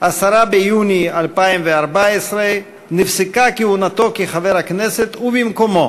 10 ביוני 2014, נפסקה כהונתו כחבר הכנסת, ובמקומו